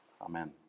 Amen